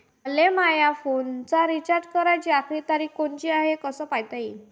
मले माया फोनचा रिचार्ज कराची आखरी तारीख कोनची हाय, हे कस पायता येईन?